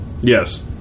Yes